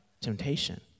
temptation